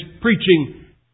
preaching